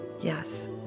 Yes